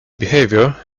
behavior